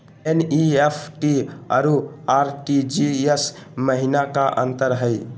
NEFT अरु RTGS महिना का अंतर हई?